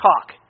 talk